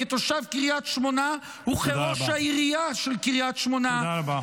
כתושב קריית שמונה וכראש העירייה של קריית שמונה --" תודה רבה.